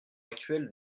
actuelle